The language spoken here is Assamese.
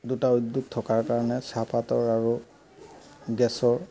দুটা উদ্যোগ থকাৰ কাৰণে চাহপাতৰ আৰু গেছৰ